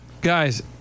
Guys